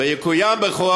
ויקוים בך: